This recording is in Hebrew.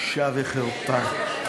בושה וחרפה.